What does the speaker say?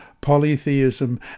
polytheism